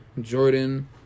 Jordan